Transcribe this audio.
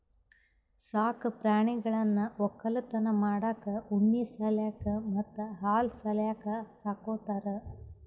ಸಾಕ್ ಪ್ರಾಣಿಗಳನ್ನ್ ವಕ್ಕಲತನ್ ಮಾಡಕ್ಕ್ ಉಣ್ಣಿ ಸಲ್ಯಾಕ್ ಮತ್ತ್ ಹಾಲ್ ಸಲ್ಯಾಕ್ ಸಾಕೋತಾರ್